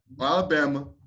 Alabama